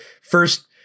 first